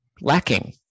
lacking